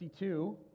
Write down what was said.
52